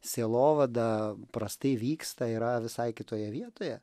sielovada prastai vyksta yra visai kitoje vietoje